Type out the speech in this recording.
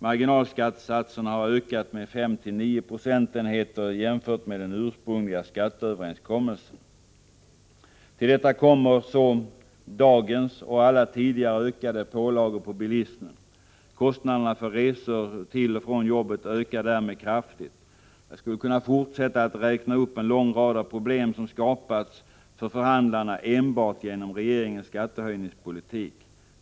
Marginalskattesatserna har ökat med 5-9 procentenheter jämfört med den ursprungliga skatteöverenskommelsen. Till detta kommer så dagens och alla tidigare pålagor på bilismen. Kostnaderna för resor till och från jobbet ökar därmed kraftigt. Jag skulle kunna fortsätta att räkna upp en lång rad av problem, som har skapats för förhandlarna enbart genom regeringens skattehöjningspolitik.